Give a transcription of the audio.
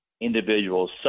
individuals